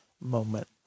moment